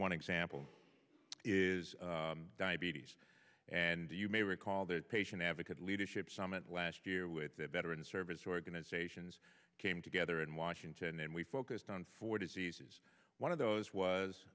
one example is diabetes and you may recall that patient advocate leadership summit last year with the veterans service organizations came together in washington and we focused on four diseases one of those was